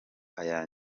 aya